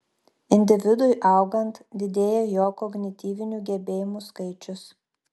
individui augant didėja jo kognityvinių gebėjimų skaičius